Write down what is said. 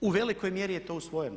U velikoj mjeri je to usvojeno.